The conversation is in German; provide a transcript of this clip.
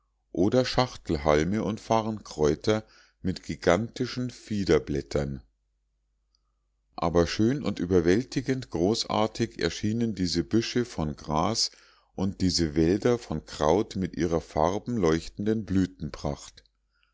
oder schachtelhalme und farnkräuter mit gigantischen fiederblättern aber schön und überwältigend großartig erschienen diese büsche von gras und diese wälder von kraut mit ihrer farbenleuchtenden blütenpracht